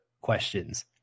questions